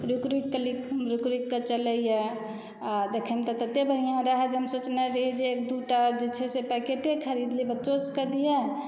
रुकि रुकिकऽ लिख रुकि रुकिकऽ चलय यऽ आ देखयमऽ ततय बढ़िआँ रहय जे हम सोचने रही जे एक दू टा आओर जे छै से पैकेटे खरीद लिए बच्चो सभके दिए